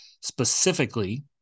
specifically